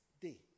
Day